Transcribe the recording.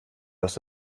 hörst